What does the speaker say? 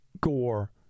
Gore